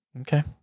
Okay